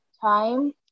time